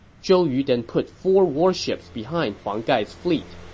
zhou yu then put four warships behind huang gai's fleet.